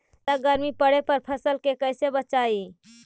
जादा गर्मी पड़े पर फसल के कैसे बचाई?